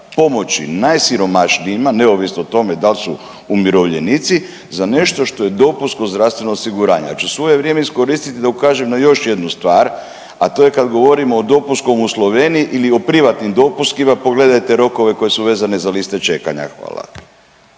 pomoći najsiromašnijima, neovisno o tome dal su umirovljenici, za nešto što je DZO. Ja ću svoje vrijeme iskoristiti da ukažem na još jednu stvar, a to je kad govorimo o dopunskom u Sloveniji ili o privatnim dopunskima pogledajte rokove koji su vezane za liste čekanja. Hvala.